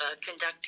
conducting